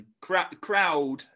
Crowd